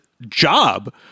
job